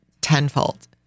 tenfold